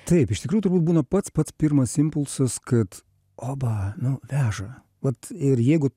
taip iš tikrųjų turbūt būna pats pats pirmas impulsas kad oba nu veža vat ir jeigu